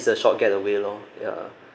it's a short getaway lor ya